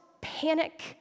panic